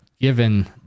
given